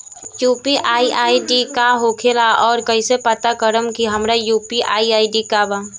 UPI ID का होखेला और कईसे पता करम की हमार यू.पी.आई आई.डी का बा?